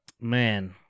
man